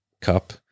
cup